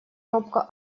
робко